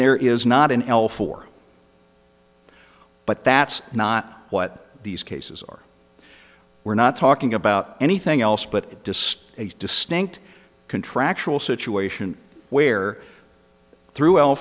there is not an l four but that's not what these cases are we're not talking about anything else but discuss a distinct contractual situation where through